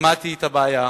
שמעתי את הבעיה,